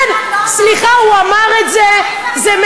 אף אחד לא אמר את זה.